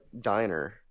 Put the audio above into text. diner